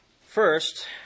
First